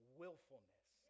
willfulness